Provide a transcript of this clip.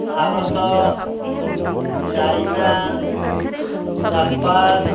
Bharat China Japan